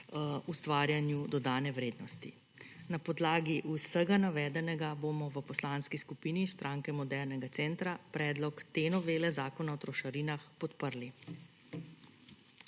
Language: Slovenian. ustvarjanju dodane vrednosti. Na podlagi vsega navedenega, bomo v Poslanski skupini Stranke modernega centra, predlog te novele Zakona o trošarinah podprli.